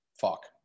fuck